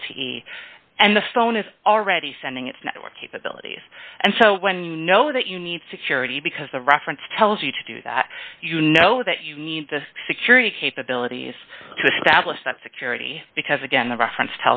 e and the phone is already sending its network cable bill and so when you know that you need security because the reference tells you to do that you know that you need the security capabilities to establish that security because again the reference